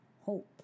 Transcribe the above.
Hope